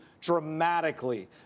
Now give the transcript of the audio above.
dramatically